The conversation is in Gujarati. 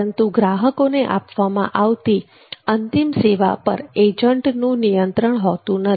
પરંતુ ગ્રાહકોને આપવામાં આવતી અંતિમ સેવા પર એજન્ટોનુ નિયંત્રણ હોતું નથી